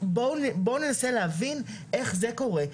בואו ננסה להבין איך זה קורה,